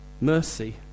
Mercy